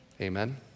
Amen